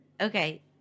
Okay